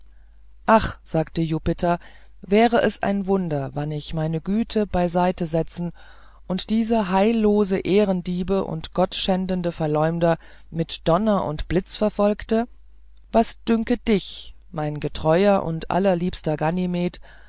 ach sagte jupiter wär es ein wunder wann ich meine güte beiseitsetzte und diese heillose ehrendiebe und gott schändende verleumder mit donner und blitz verfolgte was dünket dich mein getreuer und allerliebster